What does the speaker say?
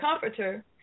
Comforter